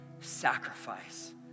sacrifice